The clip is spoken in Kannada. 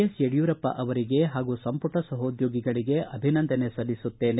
ಎಸ್ ಯಡಿಯೂರಪ್ಪ ಅವರಿಗೆ ಹಾಗೂ ಸಂಪುಟದ ಸಹೊದ್ಯೋಗಿಗಳಿಗೆ ಅಭಿನಂದನೆ ಸಲ್ಲಿಸುತ್ತೇನೆ